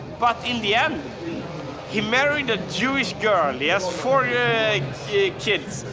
but in the end he married a jewish girl. he has four yeah kids.